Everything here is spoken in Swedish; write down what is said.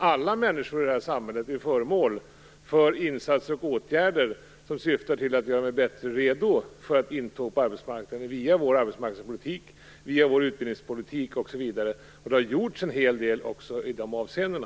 Alla människor i detta samhälle är föremål för insatser och åtgärder som syftar till att göra dem bättre redo för ett intåg på arbetsmarknaden via vår arbetsmarknadspolitik, via vår utbildningspolitik osv. Det har gjorts en hel del också i de avseendena.